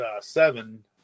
seven